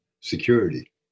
security